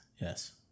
Yes